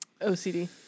OCD